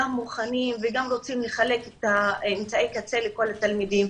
גם מוכנים וגם רוצים לחלק את אמצעי הקצה לכל התלמידים,